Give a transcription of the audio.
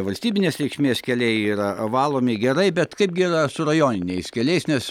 valstybinės reikšmės keliai yra valomi gerai bet kaipgi yra su rajoniniais keliais nes